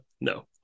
No